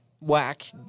whack